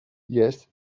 yes